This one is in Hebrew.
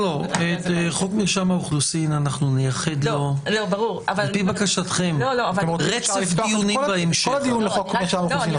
לא אמורה להיות לה פרטיות לכל הפחות,